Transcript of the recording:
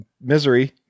Misery